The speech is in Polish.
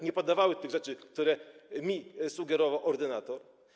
Nie podawały tych rzeczy, które sugerował ordynator.